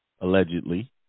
allegedly